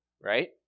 right